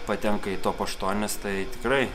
patenka į top aštuonis tai tikrai